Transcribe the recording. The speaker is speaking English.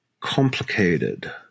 complicated